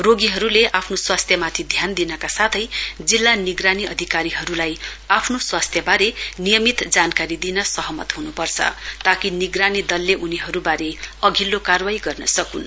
रोगीहरुले आफ्नो स्वास्थ्यमाथि ध्यान दिनका साथै जिल्ला निगरानी अधिकारीहरुलाई आफ्नो स्वास्थ्यवारे नियमित जानकारी दिन सहमत हुनुपर्छ ताकि निगरानी दलले उनीहरुवारे अधिल्लो कारवाई गर्न सकुन्